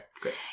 Great